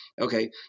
okay